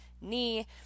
knee